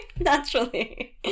Naturally